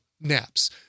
naps